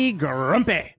grumpy